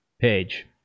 page